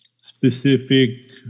specific